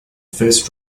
first